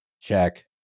Check